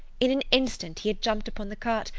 in an instant he had jumped upon the cart,